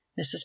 Mrs